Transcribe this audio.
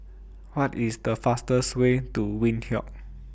What IS The fastest Way to Windhoek